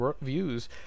views